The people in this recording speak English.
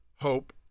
hope